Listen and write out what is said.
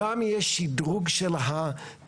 גם יהיה שדרוג של התקנים.